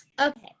Okay